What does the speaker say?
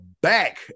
back